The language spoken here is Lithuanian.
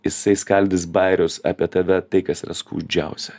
jisai skaldys bajerius apie tave tai kas yra skaudžiausia